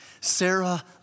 Sarah